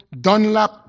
Dunlap